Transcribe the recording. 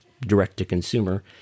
direct-to-consumer